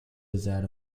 without